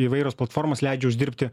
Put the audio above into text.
įvairios platformos leidžia uždirbti